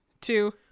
two